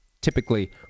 typically